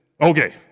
Okay